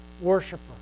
worshiper